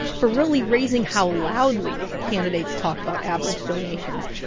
for really raising how loudly candidates talk about average donations.